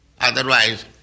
Otherwise